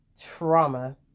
trauma